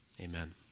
Amen